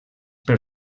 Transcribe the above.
per